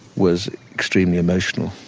was extremely emotional,